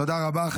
תודה רבה.